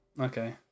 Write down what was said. Okay